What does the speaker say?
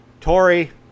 Tory